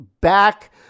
back